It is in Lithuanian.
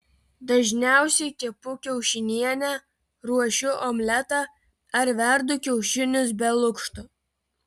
dažniausiai kepu kiaušinienę ruošiu omletą ar verdu kiaušinius be lukšto